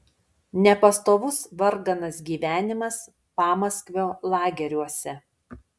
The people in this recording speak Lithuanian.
nepastovus varganas gyvenimas pamaskvio lageriuose